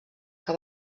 que